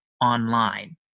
online